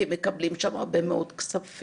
כי הם מקבלים שם הרבה מאוד כספים.